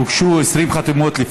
הוגשו 20 חתימות.